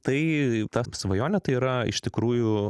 tai ta svajonė tai yra iš tikrųjų